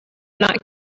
not